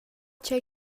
tgei